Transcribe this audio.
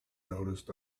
noticed